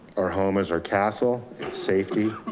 our home is our castle, it's safety,